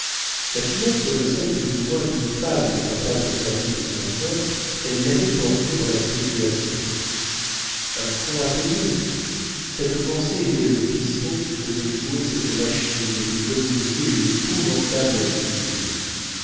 la finesse que possède plus ou moins toute femme n'étant pas au service de son cœur elle l'avait portée dans la spéculation un fonds à payer cette pensée était le piston qui faisait jouer cette machine et lui communiquait une épouvantable activité